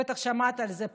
בטח שמעת על זה פעם.